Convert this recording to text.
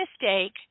mistake